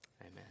Amen